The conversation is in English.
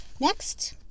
Next